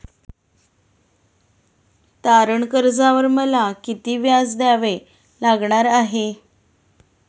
तारण कर्जावर मला किती व्याज द्यावे लागणार आहे?